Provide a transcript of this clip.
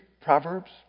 Proverbs